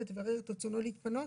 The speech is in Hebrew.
ותברר את רצונו להתפנות.